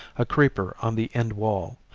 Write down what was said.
a creeper on the end wall,